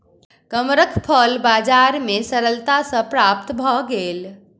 कमरख फल बजार में सरलता सॅ प्राप्त भअ गेल